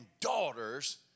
daughters